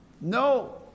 No